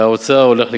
והאוצר הולך לקראתם.